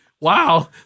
Wow